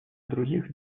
других